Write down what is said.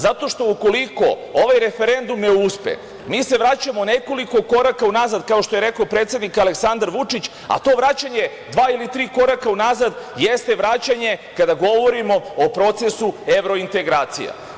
Zato što ukoliko ovaj referendum ne uspe mi se vraćamo nekoliko koraka unazad, kao što je rekao predsednik Aleksandar Vučić, a to vraćanje dva ili tri koraka unazad jeste vraćanje kada govorimo o procesu evrointegracija.